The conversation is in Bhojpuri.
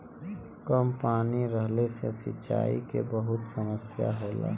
कम पानी रहले से सिंचाई क बहुते समस्या होला